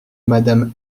madame